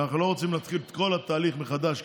ואנחנו לא רוצים להתחיל את כל התהליך מחדש,